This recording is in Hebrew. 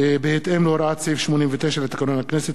בהתאם להוראת סעיף 89 לתקנון הכנסת,